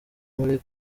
muri